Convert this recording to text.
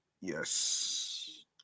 Yes